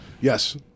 yes